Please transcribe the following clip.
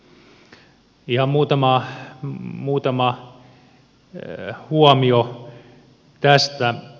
ihan muutama huomio tästä